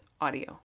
audio